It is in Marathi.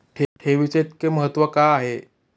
ठेवीचे इतके महत्व का आहे?